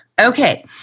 Okay